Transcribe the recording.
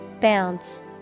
Bounce